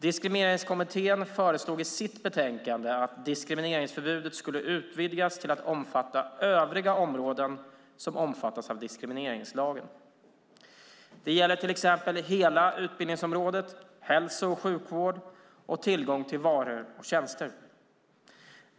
Diskrimineringskommittén föreslog i sitt betänkande att diskrimineringsförbudet skulle utvidgas till att omfatta övriga områden som omfattas av diskrimineringslagen. Det gäller till exempel hela utbildningsområdet, hälso och sjukvård och tillgång till varor och tjänster.